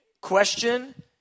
question